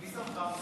מי שמך?